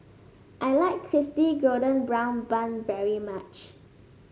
I like golden brown bun very much